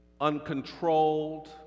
uncontrolled